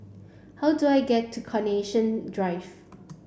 how do I get to Carnation Drive